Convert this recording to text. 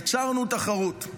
יצרנו תחרות.